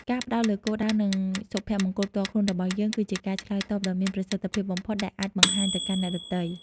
ការផ្តោតលើគោលដៅ និងសុភមង្គលផ្ទាល់ខ្លួនរបស់យើង គឺជាការឆ្លើយតបដ៏មានប្រសិទ្ធភាពបំផុតដែលអាចបង្ហាញទៅកាន់អ្នកដទៃ។